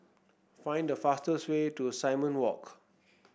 find the fastest way to Simon Walk